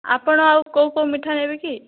ଆପଣ ଆଉ କେଉଁ କେଉଁ ମିଠା ନେବେକି